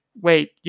Wait